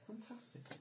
Fantastic